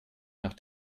nach